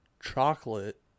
chocolate